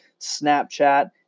Snapchat